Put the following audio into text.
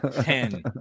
Ten